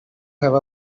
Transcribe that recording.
have